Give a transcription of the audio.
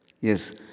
Yes